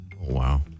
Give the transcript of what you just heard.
Wow